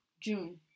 June